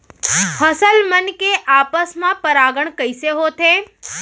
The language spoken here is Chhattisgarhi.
फसल मन के आपस मा परागण कइसे होथे?